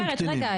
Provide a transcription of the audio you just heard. אני אומרת רגע,